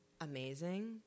Amazing